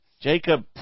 Jacob